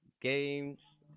games